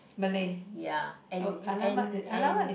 uh ya and and and